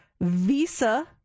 Visa